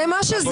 זה מה שזה.